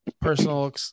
personal